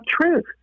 truth